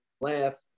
laugh